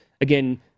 again